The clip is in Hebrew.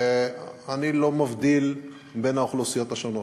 אני לא מבדיל בין האוכלוסיות השונות,